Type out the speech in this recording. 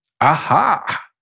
Aha